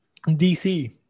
DC